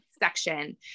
section